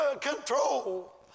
control